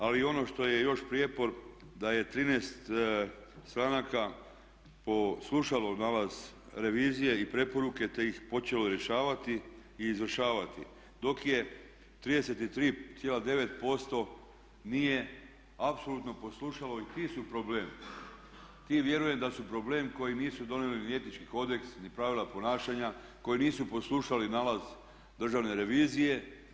Ali i ono što je još prijepor da je 13 stranaka poslušalo nalaz revizije i preporuke, te ih počelo rješavati i izvršavati, dok je 33,9% nije apsolutno poslušalo i ti su problem, ti vjerujem da su problem koji nisu donijeli ni etički kodeks, ni pravila ponašanja, koji nisu poslušali nalaz Državne revizije.